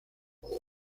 hombre